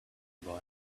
boy